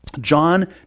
John